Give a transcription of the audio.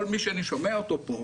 כל מי שאני שומע פה,